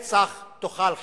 לנצח תאכל חרב.